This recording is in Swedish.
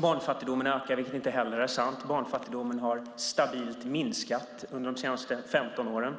barnfattigdomen ökar, vilket inte heller är sant. Barnfattigdomen har stabilt minskat under de senaste 15 åren.